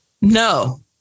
No